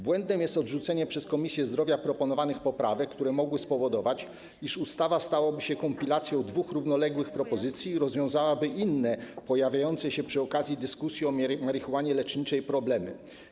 Błędem jest odrzucenie przez Komisję Zdrowia proponowanych poprawek, które mogły spowodować, że ustawa stałaby się kompilacją dwóch równoległych propozycji i rozwiązałaby inne pojawiające się przy okazji dyskusji o marihuanie leczniczej problemy.